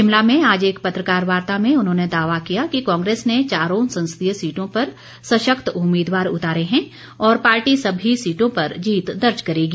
शिमला में आज एक पत्रकार वार्ता में उन्होंने दावा किया कि कांग्रेस ने चारों संसदीय सीटों पर सशक्त उम्मीदवार उतारे हैं और पार्टी सभी सीटों पर जीत दर्ज करेगी